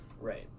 Right